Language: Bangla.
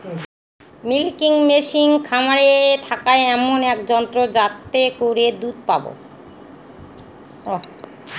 মিল্কিং মেশিন খামারে থাকা এমন এক যন্ত্র যাতে করে দুধ পাবো